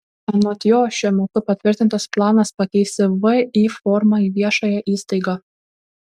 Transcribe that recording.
anot jo šiuo metu patvirtintas planas pakeisti vį formą į viešąją įstaigą